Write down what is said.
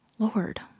Lord